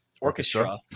Orchestra